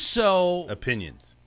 Opinions